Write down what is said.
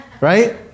right